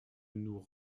nous